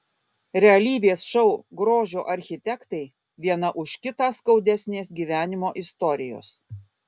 realybės šou grožio architektai viena už kitą skaudesnės gyvenimo istorijos